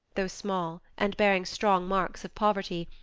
though small, and bearing strong marks of poverty,